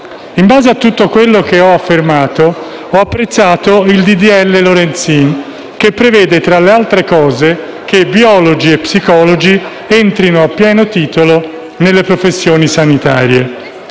In base a tutto quello che ho affermato, ho apprezzato il disegno di legge Lorenzin, che prevede, tra le altre cose, che biologi e psicologi entrino a pieno titolo nelle professioni sanitarie.